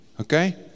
okay